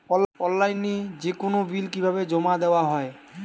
অনলাইনে যেকোনো বিল কিভাবে জমা দেওয়া হয়?